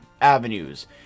avenues